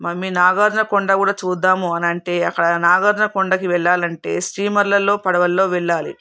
mummy Nagarjuna Konda కూడా చూద్దాము అని అంటే అక్కడ నాగార్జున కొండకు వెళ్లాలంటే స్టీమర్లలో పడవలలో వెళ్లాలి